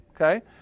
Okay